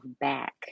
back